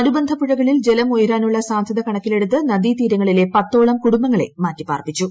അനുബന്ധ പുഴകളിൽ ജലം ഉയരാൻ സാധ്യത കണക്കിലെടുത്ത് നദീതീരങ്ങളിലെ പത്തോളം കുടുംബങ്ങളെ മാറ്റിപ്പാർപ്പിച്ചു